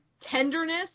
tenderness